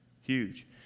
huge